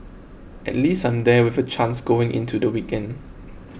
at least I'm there with a chance going into the weekend